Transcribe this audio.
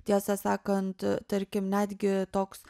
tiesą sakant tarkim netgi toks